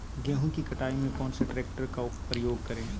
गेंहू की कटाई में कौन सा ट्रैक्टर का प्रयोग करें?